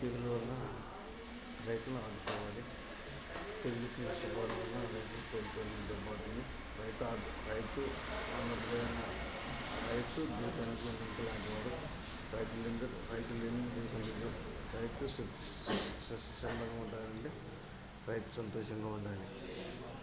తెగులు వల్న రైతులను ఆదుకోవాలి తెగులు వచ్చినందువలన రైతులకు కోల్పోయిన దిగుబాటుని రైతు ఆదు రైతు దేశానికి వెన్నుముక్కలాంటి వాడు రైతు లేనిదే రైతు లేనిదే దేశం లేదు రైతు సు సస్యశ్యామలంగా ఉండాలంటే రైతు సంతోషంగా ఉండాలి